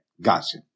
Gotcha